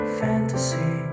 fantasy